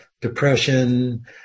depression